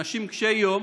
אנשים קשיי יום